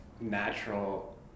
natural